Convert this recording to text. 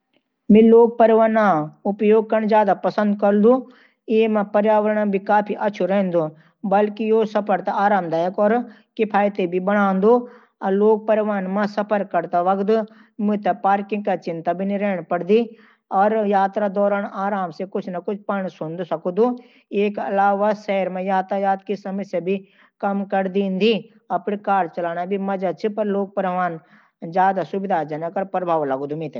मैं लोक परिवहन का उपयोग करना ज्यादा पसंद करूंगा। ई न केवल पर्यावरण के लिए अच्छा है, बल्कि यो सफर नू आरामदायक अर किफायती बनावत है। लोक परिवहन मं सफर करते वक्त मुझे पार्किंग की चिंता नहीं करनी पड़ती अर मैं यात्रा के दौरान आराम से कुछ पढ़ या सुन सकत हूं। इसके अलावा, ई शहर मं यातायात की समस्या भी कम कर देत है। अपनी कार चलाने का भी मजा है, पर लोक परिवहन ज्यादा सुविधाजनक अर प्रभावी लागे है।